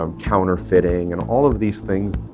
um counterfeiting and all of these things,